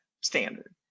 standard